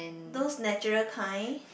those natural kinds